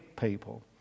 people